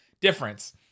difference